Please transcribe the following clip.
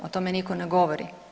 O tome nitko ne govori.